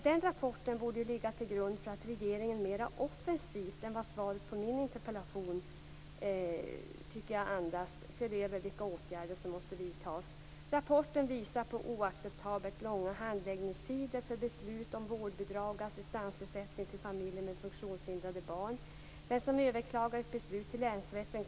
Den rapporten borde ligga till grund för att regeringen mera offensivt än vad svaret på min interpellation andas skulle se över vilka åtgärder som måste vidtas. Rapporten visar på oacceptabelt långa handläggningstider för beslut om vårdbidrag och assistansersättning till familjer med funktionshindrade barn. Låt mig ge ett exempel från mitt hemlän Västerbotten.